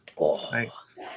Nice